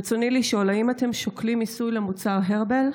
רצוני לשאול: האם אתם שוקלים מיסוי למוצר "הרבל"?